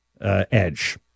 edge